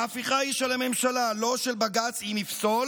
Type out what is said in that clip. ההפיכה היא של הממשלה, לא של בג"ץ אם יפסול